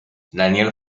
daniel